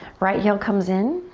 right heel comes in.